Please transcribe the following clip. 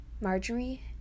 Marjorie